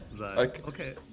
Okay